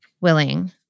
willing